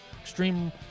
extreme